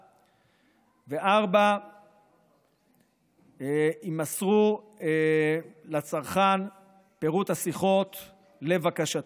4. יימסר לצרכן פירוט השיחות לבקשתו.